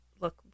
look